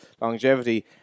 longevity